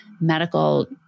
medical